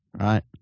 right